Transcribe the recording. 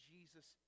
Jesus